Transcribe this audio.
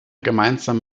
gemeinsam